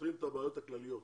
ופותרים את הבעיות הכלליות.